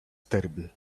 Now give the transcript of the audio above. terrible